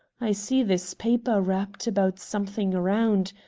i see this paper wrapped about something round.